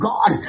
God